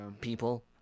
People